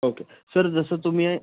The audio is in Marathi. ओके सर जसं तुम्ही